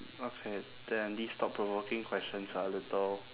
okay then these thought provoking questions are a little